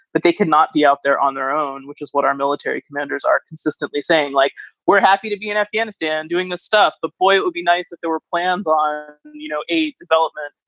but they cannot be out there on their own, which is what our military commanders are consistently saying, like we're happy to be in afghanistan doing the stuff. but, boy, it would be nice if there were plans or, you know, a development,